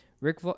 Rick